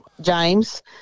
James